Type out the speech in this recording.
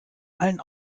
allen